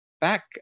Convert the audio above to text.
Back